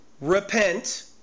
Repent